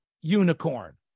unicorn